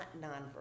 non-verbal